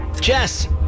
Jess